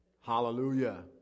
Hallelujah